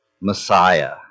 Messiah